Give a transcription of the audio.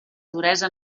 duresa